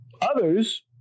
Others